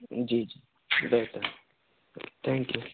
جی جی بہتر ہے تھینک یو